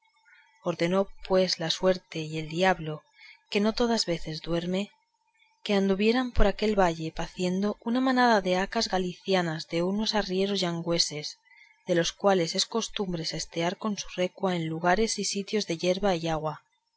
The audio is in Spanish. ordenó pues la suerte y el diablo que no todas veces duerme que andaban por aquel valle paciendo una manada de hacas galicianas de unos arrieros gallegos de los cuales es costumbre sestear con su recua en lugares y sitios de yerba y agua